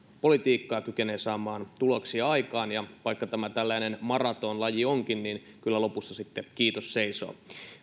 politiikkaan ja kykenee saamaan tuloksia aikaan ja vaikka tämä tällainen maratonlaji onkin niin kyllä lopussa sitten kiitos seisoo